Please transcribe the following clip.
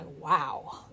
wow